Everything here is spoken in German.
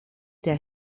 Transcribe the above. der